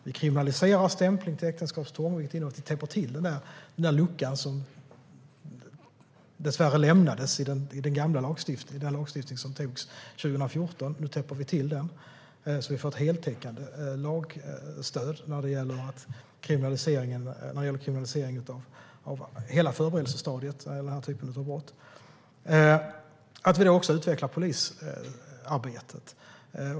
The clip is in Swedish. Vi kriminaliserar stämpling till äktenskapstvång, vilket innebär att vi täpper till den lucka som dessvärre lämnades i den gamla lagstiftningen, den lagstiftning som antogs 2014. Nu täpper vi till den så att vi får ett heltäckande lagstöd när det gäller kriminalisering av hela förberedelsestadiet när det gäller den här typen av brott. Vi utvecklar polisarbetet.